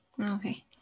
okay